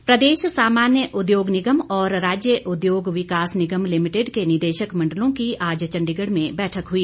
बैठक प्रदेश सामान्य उद्योग निगम और राज्य उद्योग विकास निगम लिमिटेड के निदेशक मंडलों की आज चंडीगढ़ में बैठक हुई